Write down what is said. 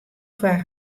foar